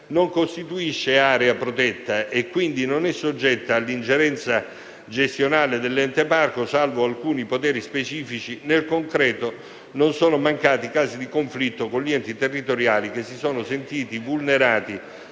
non costituisce area protetta e, quindi, non è soggetta all'ingerenza gestionale dell'Ente parco, salvo alcuni poteri specifici, nel concreto non sono mancati casi di conflitto con gli enti territoriali, che si sono sentiti vulnerati